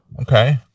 Okay